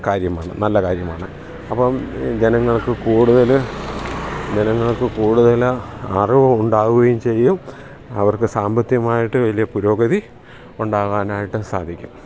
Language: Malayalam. കാര്യമാണ് നല്ല കാര്യമാണ് അപ്പം ജനങ്ങൾക്ക് കൂടുതൽ ജനങ്ങൾക്ക് കൂടുതൽ അറിവ് ഉണ്ടാവുകയും ചെയ്യും അവർക്ക് സാമ്പത്തിയമായിട്ട് വലിയ പുരോഗതി ഉണ്ടാകാനായിട്ട് സാധിക്കും